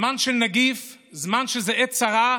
זמן של נגיף, זמן שהוא עת צרה,